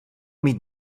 mít